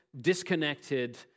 disconnected